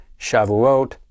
Shavuot